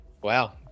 wow